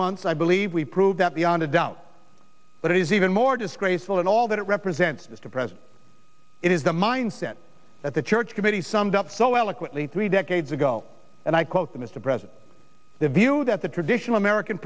month i believe we proved that the under doubt but it is even more disgraceful and all that it represents to present it is the mindset that the church committee summed up so eloquently three decades ago and i quote them is to present the view that the traditional american